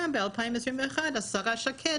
גם ב-2021 השרה שקד